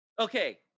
okay